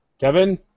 Kevin